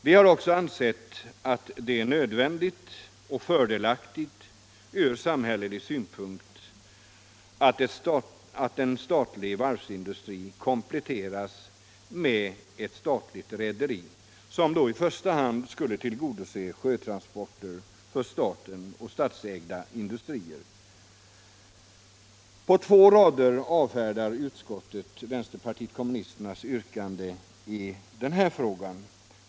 Vi har också ansett det nödvändigt och fördelaktigt från samhällelig synpunkt att en statlig varvsindustri kompletteras med ett statligt rederi, som i första hand skulle tillgodose behovet av sjötransporter för staten och statsägda industrier. På två rader avfärdar utskottet vänsterpartiet kommunisternas yrkande i denna fråga.